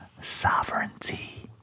sovereignty